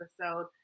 episode